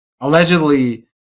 allegedly